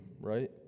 right